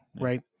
right